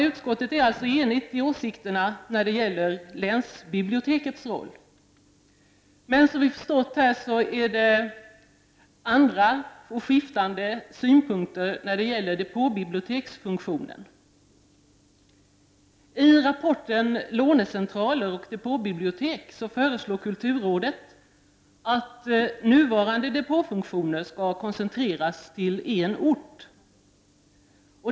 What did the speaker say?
Utskottet är alltså enigt i åsikterna beträffande länsbibliotekens roll, men som vi förstått finns det skiftande synpunkter i fråga om depåbiblioteksfunktionen. I rapporten ”Lånecentraler och depåbibliotek” föreslår kulturrådet att nuvarande depåfunktioner skall koncentreras till en ort.